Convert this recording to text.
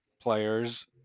players